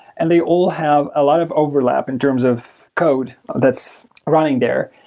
and they all have a lot of overlap in terms of code that's running there.